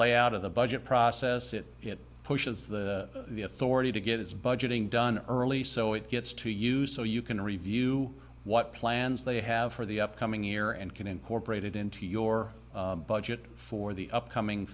way out of the budget process it pushes the authority to get its budgeting done early so it gets to use so you can review what plans they have for the upcoming year and can incorporate it into your budget for the upcoming